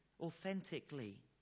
authentically